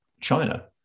China